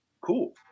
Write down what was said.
Cool